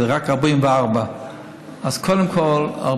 וזה רק 44. אז קודם כול,